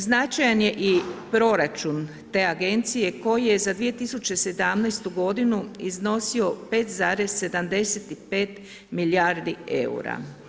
Značajan je i proračun te Agencije koji je za 2017. godinu iznosio 5,75 milijardi eura.